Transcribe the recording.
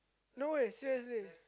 no way seriously